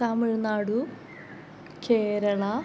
Tamil Nadu Kerala